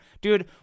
dude